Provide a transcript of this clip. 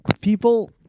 people